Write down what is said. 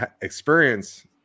experience